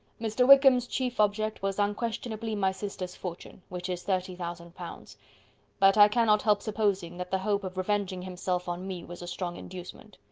mr. wickham's chief object was unquestionably my sister's fortune, which is thirty thousand pounds but i cannot help supposing that the hope of revenging himself on me was a strong inducement.